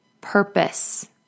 purpose